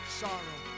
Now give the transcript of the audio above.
sorrow